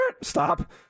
Stop